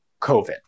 COVID